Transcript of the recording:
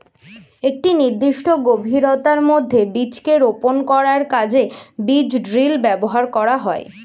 একটি নির্দিষ্ট গভীরতার মধ্যে বীজকে রোপন করার কাজে বীজ ড্রিল ব্যবহার করা হয়